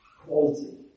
quality